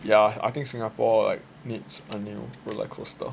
ya I think Singapore like needs a new roller coaster